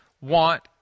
want